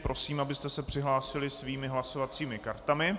Prosím, abyste se přihlásili svými hlasovacími kartami.